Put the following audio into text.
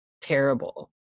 terrible